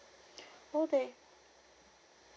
oh that